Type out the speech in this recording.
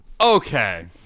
Okay